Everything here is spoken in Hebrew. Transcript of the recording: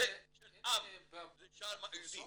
אין בבית התפוצות?